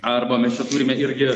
arba mes čia turime irgi